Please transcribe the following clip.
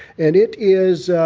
and it is.